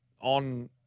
on